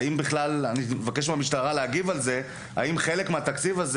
אני מבקש מהמשטרה להגיב לשאלה האם חלק מהתקציב הזה